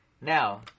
Now